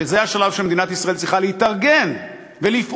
וזה השלב שמדינת ישראל צריכה להתארגן ולפעול,